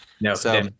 No